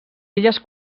illes